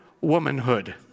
womanhood